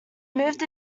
moved